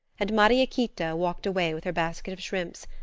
and mariequita walked away with her basket of shrimps,